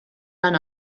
lan